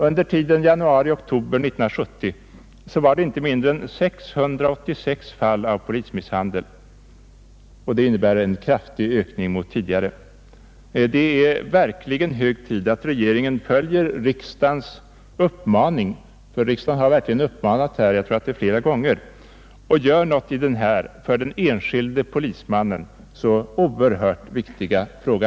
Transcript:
Under tiden januari-oktober 1970 inträffade inte mindre än 686 fall av polismisshandel, vilket innebär en kraftig ökning. Det är verkligen hög tid att regeringen följer riksdagens uppmaning och gör något i denna för den enskilde polismannen viktiga fråga.